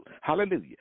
Hallelujah